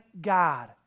God